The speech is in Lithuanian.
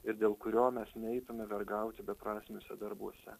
ir dėl kurio mes neitume vergauti beprasmiuose darbuose